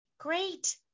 Great